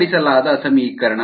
ಅಳವಡಿಸಲಾದ ಸಮೀಕರಣ